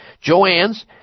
Joanne's